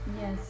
yes